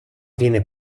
viene